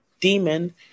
demon